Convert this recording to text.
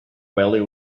value